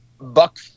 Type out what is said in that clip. buck